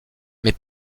mais